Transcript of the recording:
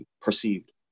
perceived